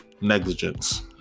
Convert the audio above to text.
negligence